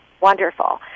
Wonderful